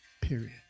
Period